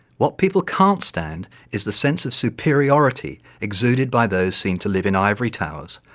what people can't stand is the sense of superiority exuded by those seen to live in ivory towers,